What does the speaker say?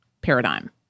paradigm